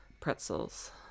pretzels